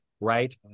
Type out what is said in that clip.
right